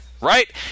right